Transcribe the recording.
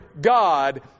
God